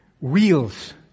wheels